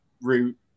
route